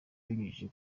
abinyujije